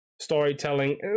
Storytelling